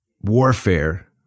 warfare